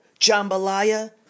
jambalaya